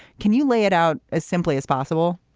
can you lay it out as simply as possible?